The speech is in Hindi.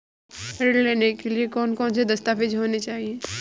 ऋण लेने के लिए कौन कौन से दस्तावेज होने चाहिए?